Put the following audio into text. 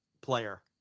player